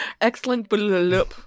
excellent